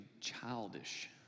childish